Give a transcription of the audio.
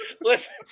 Listen